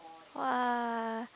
!wah!